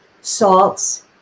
salts